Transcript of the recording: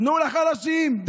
תנו לחלשים.